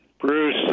Bruce